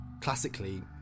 Classically